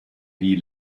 nie